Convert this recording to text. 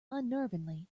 unnervingly